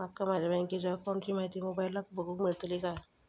माका माझ्या बँकेच्या अकाऊंटची माहिती मोबाईलार बगुक मेळतली काय?